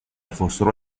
fossero